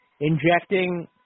injecting